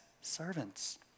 servants